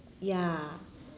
ya